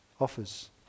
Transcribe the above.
offers